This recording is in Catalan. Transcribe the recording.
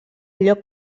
lloc